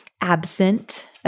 absent